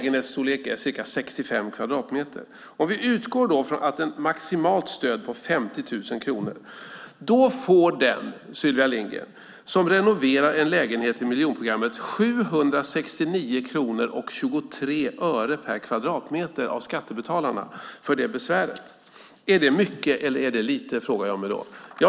En vanlig lägenhet är på ca 65 kvadratmeter. Om vi utgår från ett maximalt stöd på 50 000 kronor får den som renoverar en lägenhet i miljonprogrammet 769:23 kronor per kvadratmeter av skattebetalarna för det besväret. Är det mycket eller lite, frågar jag mig då.